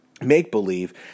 make-believe